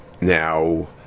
Now